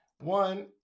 one